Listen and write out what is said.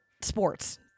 sports